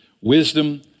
Wisdom